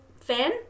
fan